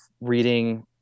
reading